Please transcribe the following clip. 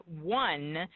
one